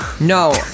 no